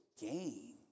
gain